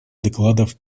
докладов